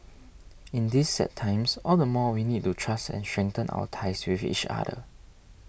in these sad times all the more we need to trust and strengthen our ties with each other